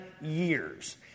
years